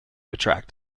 attract